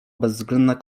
bezwzględna